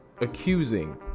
Accusing